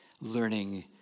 learning